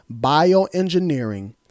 bioengineering